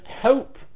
hope